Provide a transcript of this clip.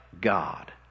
God